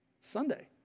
Sunday